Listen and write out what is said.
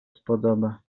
spodoba